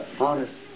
honest